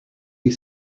you